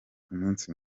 umunsi